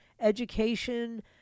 education